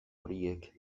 horiek